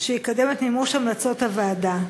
שיקדם את מימוש המלצות הוועדה.